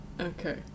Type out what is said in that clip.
Okay